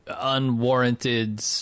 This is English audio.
Unwarranted